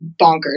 bonkers